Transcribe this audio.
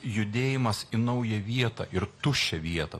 judėjimas į naują vietą ir tuščią vietą